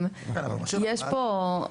יש פה,